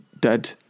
dead